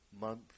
month